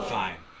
fine